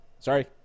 Sorry